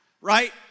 right